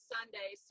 Sunday